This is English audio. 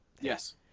Yes